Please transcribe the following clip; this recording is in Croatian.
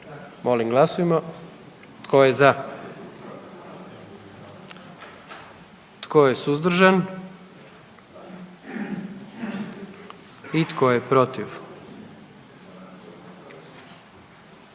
moramo glasovati. Tko je za? Tko je suzdržan? I tko je protiv?